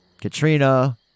Katrina